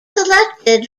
selected